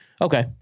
Okay